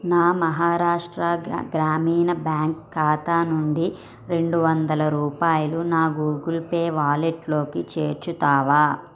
నా మహారాష్ట్ర గ్రామీణ బ్యాంక్ ఖాతా నుండి రెండు వందల రూపాయలు నా గూగుల్ పే వాలెట్లోకి చేర్చుతావా